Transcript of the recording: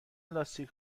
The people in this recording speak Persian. لاستیک